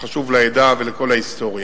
שחשוב מאוד לעדה ולכל ההיסטוריה.